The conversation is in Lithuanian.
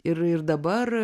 ir ir dabar